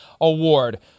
award